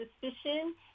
suspicion